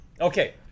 okay